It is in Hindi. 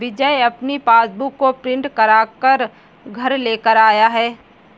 विजय अपनी पासबुक को प्रिंट करा कर घर लेकर आया है